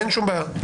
אין שום בעיה.